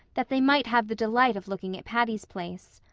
that they might have the delight of looking at patty's place.